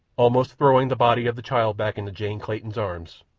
almost throwing the body of the child back into jane clayton's arms,